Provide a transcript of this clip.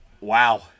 wow